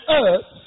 earth